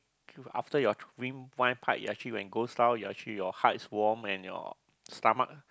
after you actually when it goes down ya actually your heart is warm and your stomach